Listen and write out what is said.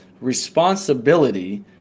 responsibility